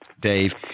Dave